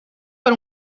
per